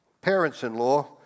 parents-in-law